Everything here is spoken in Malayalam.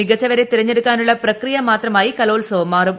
മികച്ചവരെ തിരഞ്ഞെടുക്കാനുള്ള പ്രക്രിയ മാത്രമായി കലോത്സവം മാറും